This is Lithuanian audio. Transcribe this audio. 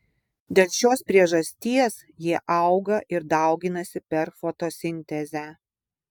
dėl šios priežasties jie auga ir dauginasi per fotosintezę